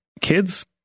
kids